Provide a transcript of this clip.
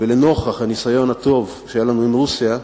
ולנוכח הניסיון הטוב שהיה לנו עם רוסיה,